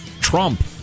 Trump